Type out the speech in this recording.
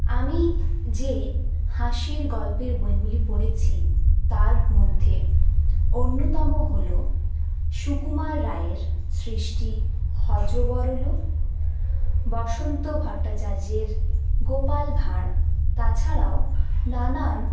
আমি যে হাসির গল্পের বইগুলি পড়েছি তার মধ্যে অন্যতম হল সুকুমার রায়ের সৃষ্টি হযবরল বসন্ত ভট্টাচার্যের গোপাল ভাঁড় তাছাড়াও নানান